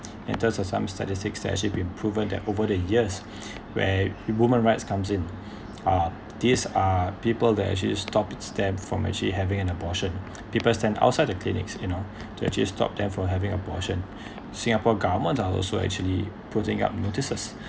in terms of some statistics that's actually been proven that over the years where women rights comes in uh these are people that actually stop it stemmed from actually having an abortion people stand outside the clinics you know to actually stop them from having abortion singapore government are also actually putting up notices